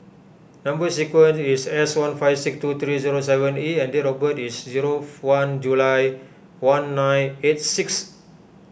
Number Sequence is S one five six two three zero seven E and date of birth is zero one July one nine eight six